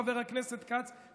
חבר הכנסת כץ,